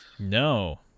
No